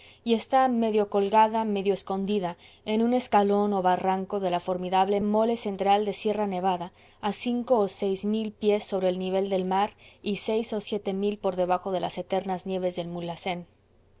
y está medio colgada medio escondida en un escalón o barranco de la formidable mole central de sierra nevada a cinco o seis mil pies sobre el nivel del mar y seis o siete mil por debajo de las eternas nieves del mulhacen